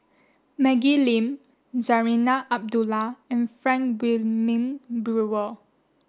Maggie Lim Zarinah Abdullah and Frank Wilmin Brewer